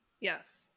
yes